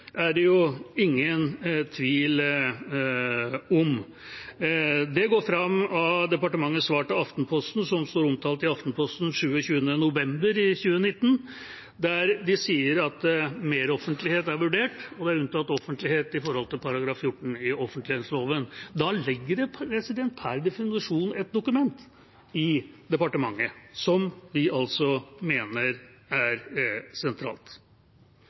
er det jo ingen tvil om. Det går fram av departementets svar til Aftenposten, som står omtalt i Aftenposten 27. november 2019, der de sier at meroffentlighet er vurdert, og at det er unntatt offentlighet i henhold til § 14 i offentlighetsloven. Da ligger det per definisjon et dokument i departementet, som vi altså mener er sentralt.